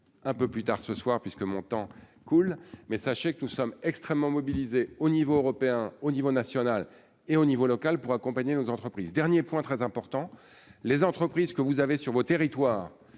un peu plus tard ce soir puisque mon temps cool, mais sachez que nous sommes extrêmement mobilisés au niveau européen, au niveau national et au niveau local pour accompagner nos entreprises, dernier point très important, les entreprises que vous avez sur votre territoire,